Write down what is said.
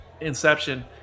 Inception